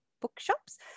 bookshops